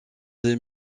des